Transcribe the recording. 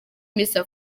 misi